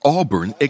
Auburn